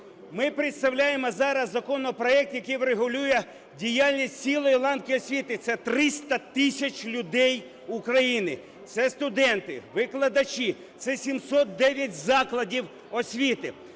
Ми представляємо зараз законопроект, який врегулює діяльність цілої ланки освіти. Це 300 тисяч людей України, це студенти, викладачі, це 709 закладів освіти.